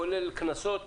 כולל בקנסות,